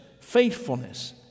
faithfulness